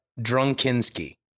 drunkinsky